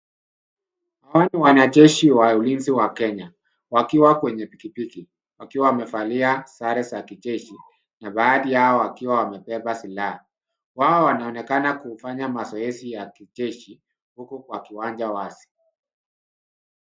Hawa ni wanajeshi wa ulinzi wa Kenya, wakiwa kwenye pikipiki, wakiwa wamevalia sare za kijeshi, na baadhi yao wakiwa wamebeba silaha. Wao wanaonekana kufanya mazoezi ya kijeshi, huku kwa kiwanja wazi.